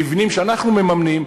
מבנים שאנחנו מממנים,